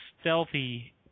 stealthy